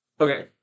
Okay